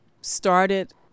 started